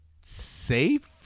safe